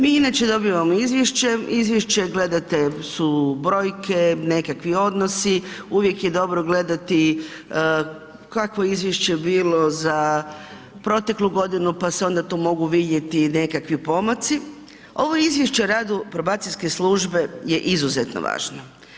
Mi inače dobivamo izvješće, izvješće gledate su brojke, nekakvi odnosi, uvijek je dobro gledati kakvo je izvješće za proteklu godinu pa e onda tu mogu vidjeti i nekakvi pomaci, ovo izvješće o radu probacijske službe je izuzetno važno.